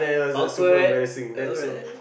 awkward alright